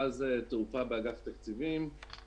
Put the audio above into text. אני